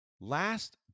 last